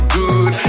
good